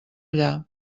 allà